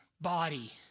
body